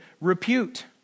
repute